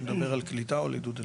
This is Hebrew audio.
אתה מדבר על קליטה או על עידוד עלייה?